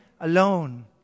alone